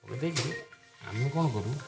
ଏବେକି ଆମେ କ'ଣ କରୁ